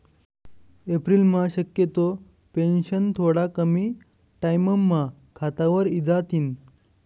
एप्रिलम्हा शक्यतो पेंशन थोडा कमी टाईमम्हा खातावर इजातीन